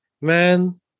man